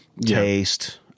taste